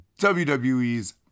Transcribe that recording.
WWE's